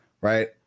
Right